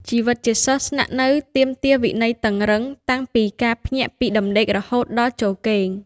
ជីវិតជាសិស្សស្នាក់នៅទាមទារវិន័យតឹងរ៉ឹងតាំងពីការភ្ញាក់ពីដំណេករហូតដល់ចូលគេង។